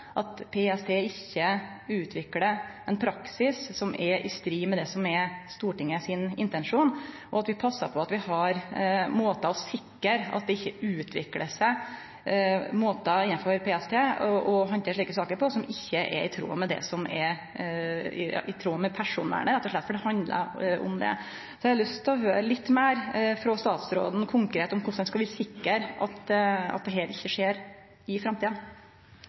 at vi passar på at PST ikkje utviklar ein praksis som er i strid med det som er Stortingets intensjon, og at vi passar på at vi har måtar å sikre dette på – at det ikkje utviklar seg måtar innanfor PST å handtere slike saker på som ikkje er i tråd med personvernet, rett og slett, for det handlar om det. Så eg har lyst til å høyre litt meir frå statsråden om korleis han konkret vil sikre at dette ikkje skjer i framtida.